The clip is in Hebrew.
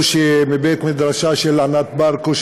מבית-מדרשה של ענת ברקו.